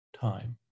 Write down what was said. time